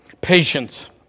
patience